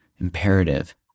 imperative